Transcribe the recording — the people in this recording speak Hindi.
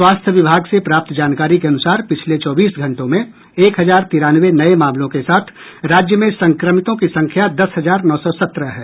स्वास्थ्य विभाग से प्राप्त जानकारी के अनुसार पिछले चौबीस घंटों में एक हजार तिरानवे नये मामलों के साथ राज्य में सक्रमितों की संख्या दस हजार नौ सौ सत्रह है